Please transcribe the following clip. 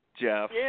Jeff